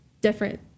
different